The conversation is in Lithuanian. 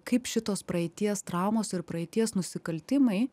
kaip šitos praeities traumos ir praeities nusikaltimai